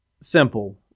simple